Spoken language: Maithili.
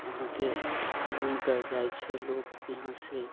अहाँके घुमिकऽ जाइ छै लोक यहाँसँ